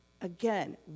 Again